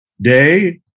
day